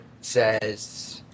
says